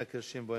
פניה קירשנבאום,